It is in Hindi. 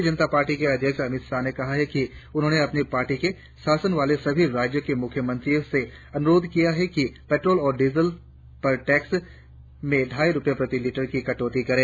भारतीय जनता पार्टी के अध्यक्ष अमित शाह ने कहा है कि उन्होंने अपनी पार्टी के शासन वाले सभी राज्यों के मुख्यमंत्रियों से अनुरोध किया है कि पेट्रोल और डीजल पर टेक्स में ढाई रुपये प्रति लीटर की कटौती करें